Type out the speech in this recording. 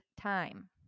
time